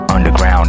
Underground